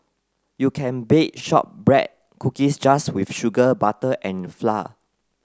you can bake shortbread cookies just with sugar butter and flour